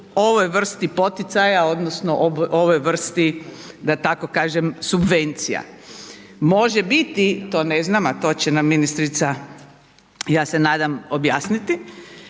ovoj vrsti poticaja, odnosno ovoj vrsti da tako kažem subvencija. Može biti, to ne znam, a to će nam ministrica ja se nadam objasniti,